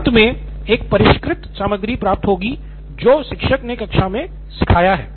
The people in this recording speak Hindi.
अंत में एक परिष्कृत सामग्री प्राप्त होगी जो शिक्षक ने कक्षा में सिखाया है